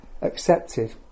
accepted